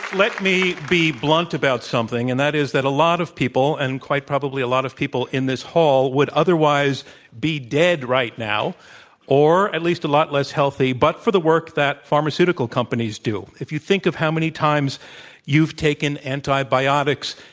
let me be blunt about something, and that is that a lot of people, and quite probably a lot of people in this hall, would otherwise be dead right now or at least a lot less healthy, but for the work that pharmaceutical companies do. if you think of how many times you've taken antibiotics,